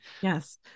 Yes